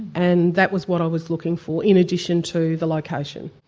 and that was what i was looking for in addition to the location.